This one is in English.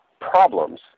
problems